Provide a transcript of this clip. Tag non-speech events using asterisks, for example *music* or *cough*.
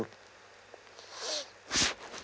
*noise*